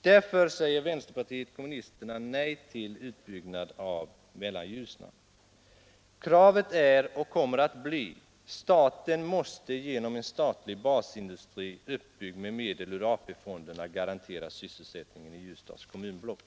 Därför säger vänsterpartiet kommunisterna nej till utbyggnad av Mellanljusnan. Vårt krav är och kommer att förbli: Staten måste genom en statlig basindustri, uppbyggd med medel ur AP-fonderna, garantera sysselsättningen i Ljusdals kommunblock.